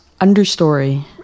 Understory